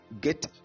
get